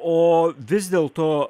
o vis dėlto